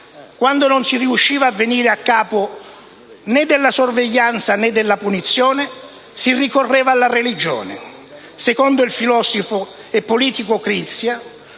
quando non si riusciva a venire a capo né della sorveglianza, né della punizione, si ricorreva alla religione; secondo il filosofo e politico Crizia